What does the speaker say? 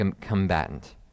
combatant